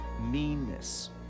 meanness